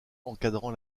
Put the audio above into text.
encadrant